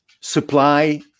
supply